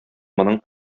моның